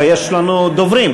לא, יש לנו דוברים.